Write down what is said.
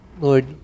Lord